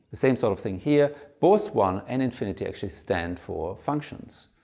the same sort of thing here. both one and infinity actually stand for functions,